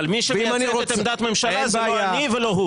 אבל מי שמייצג את עמדת הממשלה זה לא אני ולא הוא.